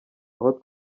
aho